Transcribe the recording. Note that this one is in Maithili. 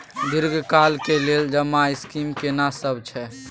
दीर्घ काल के लेल जमा स्कीम केना सब छै?